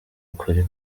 kuri